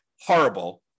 horrible